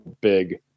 big